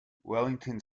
wellington